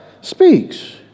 Speaks